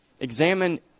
Examine